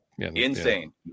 Insane